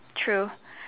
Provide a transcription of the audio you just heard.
true